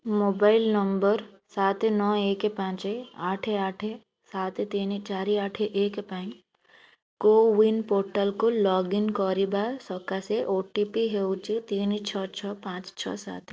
mobile number ସାତେ ନଅ ଏକେ ପାଞ୍ଚେ ଆଠେ ଆଠେ ସାତେ ତିନି ଚାରି ଆଠେ ଏକେ ପାଇଁ କୋୱିନ ପୋର୍ଟାଲକୁ ଲଗ୍ଇନ କରିବା ସକାଶେ ଓ ଟି ପି ହେଉଛି ତିନି ଛଅ ଛଅ ପାଞ୍ଚେ ଛଅ ସାତେ